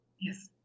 Yes